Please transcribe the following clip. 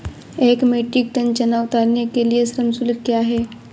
एक metric tonne चना उतारने के लिए श्रम शुल्क क्या है?